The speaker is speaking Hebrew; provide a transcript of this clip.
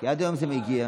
כי היום זה מגיע.